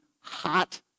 hot